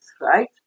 right